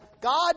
God